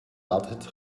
wartet